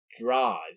drives